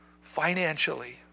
Financially